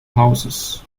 houses